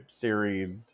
series